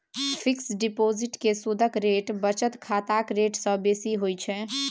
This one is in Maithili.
फिक्स डिपोजिट केर सुदक रेट बचत खाताक रेट सँ बेसी होइ छै